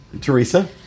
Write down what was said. Teresa